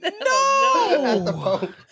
No